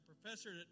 professor